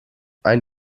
ein